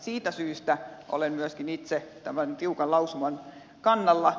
siitä syystä olen myöskin itse tämän tiukan lausuman kannalla